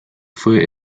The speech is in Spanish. fue